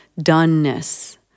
doneness